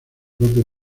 propio